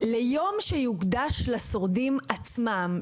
ליום שיוקדש לשורדים עצמם,